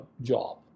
job